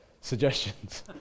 suggestions